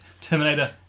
Terminator